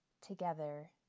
together